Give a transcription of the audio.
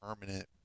permanent